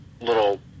little